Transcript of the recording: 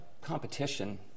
competition